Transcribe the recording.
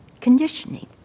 conditioning